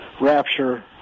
rapture